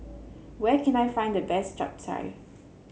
where can I find the best Chap Chai